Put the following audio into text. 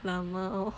L_M_A_O